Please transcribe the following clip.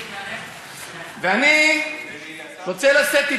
ואני רוצה לשאת אתי,